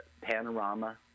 panorama